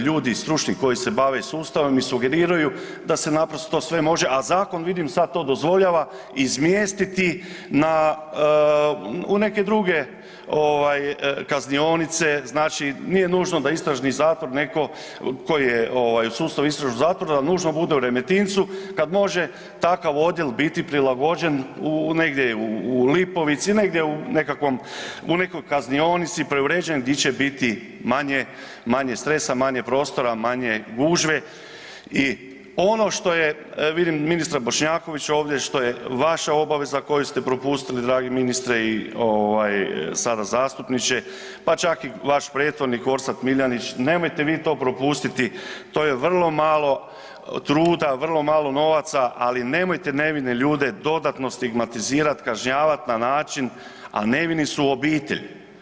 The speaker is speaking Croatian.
Ljudi stručni koji se bave sustavom i sugeriraju da se naprosto sve može, a zakon vidim, sad to dozvoljava, izmjestiti na neke druge kaznionice, znači nije nužno da istražni zatvor netko tko u sustavu istražnog zatvora nužno bude u Remetincu, kad može takav odjel biti prilagođen u negdje, u Lipovici, negdje u nekakvom, u nekoj kaznionici preuređen di će biti manje stresa, manje prostora, manje gužve i ono što je, vidim ministra Bošnjakovića ovdje, što je vaša obaveza koju ste propustili dragi ministre i sada zastupniče, pa čak i vaš prethodnik Orsat Miljanić, nemojte vi to propustiti, to je vrlo malo truda, vrlo malo novaca, ali nemojte nevine ljude dodatno stigmatizirati, kažnjavati na način, a nevini su obitelj.